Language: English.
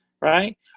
right